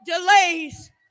delays